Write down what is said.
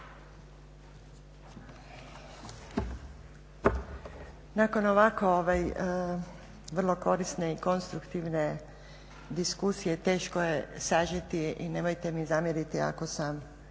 Nakon ovakve vrlo korisne i konstruktivne diskusije teško je sažeti i na ovoj temi zamjeriti ako sam